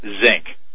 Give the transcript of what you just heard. zinc